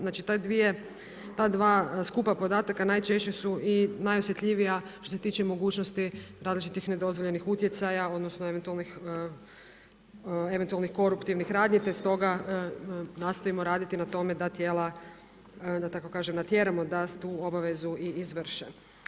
Znači ta dva skupa podataka najčešće i najosjetljivija što se tiče mogućnosti različitih nedozvoljenih utjecaja odnosno eventualnih koruptivnih radnji te stoga nastojimo raditi na tome da tijela da tako kažem, natjeramo da tu obavezu i izvrše.